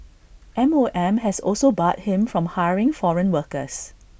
M O M has also barred him from hiring foreign workers